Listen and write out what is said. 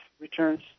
returns